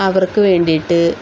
അവർക്ക് വേണ്ടിയിട്ട്